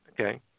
Okay